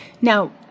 Now